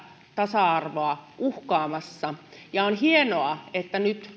tasa arvoa uhkaamassa on hienoa että nyt